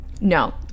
No